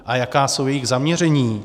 A jaká jsou jejich zaměření?